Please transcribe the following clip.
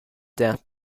death